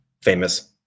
famous